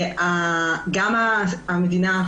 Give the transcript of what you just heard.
גם המדינה,